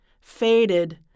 faded